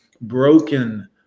broken